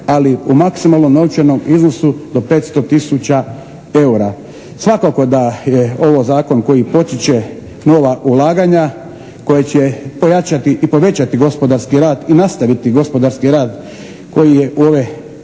ali u maksimalnom novčanom iznosu do 500 tisuća eura. Svakako da je ovo zakon koji potiče nova ulaganja koja će pojačati i povećati gospodarski rad i nastaviti gospodarski rast koji je u ove